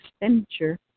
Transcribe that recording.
expenditure